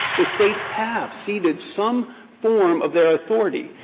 the states have ceded some form of their authority.